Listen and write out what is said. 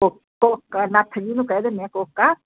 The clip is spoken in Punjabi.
ਕੋ ਕੋਕਾ ਨੱਥ ਜਿਸਨੂੰ ਕਹਿ ਦਿੰਦੇ ਹਾਂ ਕੋਕਾ